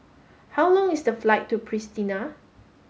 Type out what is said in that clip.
how long is the flight to Pristina